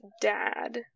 dad